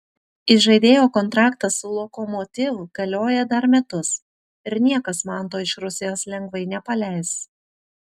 įžaidėjo kontraktas su lokomotiv galioja dar metus ir niekas manto iš rusijos lengvai nepaleis